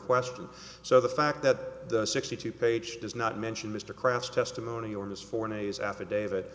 question so the fact that sixty two page does not mention mr kraft testimony on this forum is affidavit